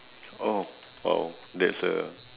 oh !wow! that's